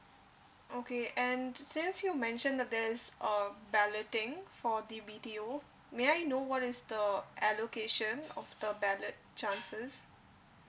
okay and since you mentioned that there's uh balloting for the B_T_O may I know what is the allocation of the ballot chances